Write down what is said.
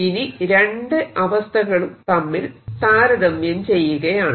ഇനി രണ്ടു അവസ്ഥകളും തമ്മിൽ താരതമ്യം ചെയ്യുകയാണ്